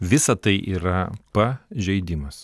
visa tai yra pažeidimas